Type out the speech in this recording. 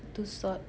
Tussauds